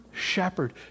shepherd